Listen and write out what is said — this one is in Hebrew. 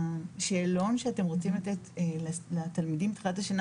השאלון שאתם רוצים לתת לתלמידים בתחילת השנה,